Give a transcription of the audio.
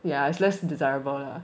yeah it's less desirable lah